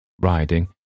riding